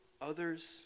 others